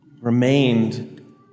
remained